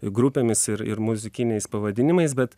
grupėmis ir ir muzikiniais pavadinimais bet